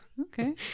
Okay